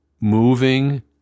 moving